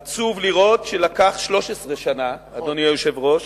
עצוב לראות שלקח 13 שנה, אדוני היושב-ראש,